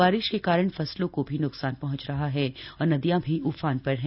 बारिश के कारण फसलों को भी नुकसान पहुंच रहा है और नदियां भी उफान पर है